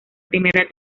primera